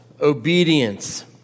obedience